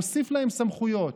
נוסיף להם סמכויות,